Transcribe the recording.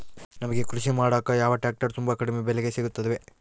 ನಮಗೆ ಕೃಷಿ ಮಾಡಾಕ ಯಾವ ಟ್ರ್ಯಾಕ್ಟರ್ ತುಂಬಾ ಕಡಿಮೆ ಬೆಲೆಗೆ ಸಿಗುತ್ತವೆ?